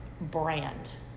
brand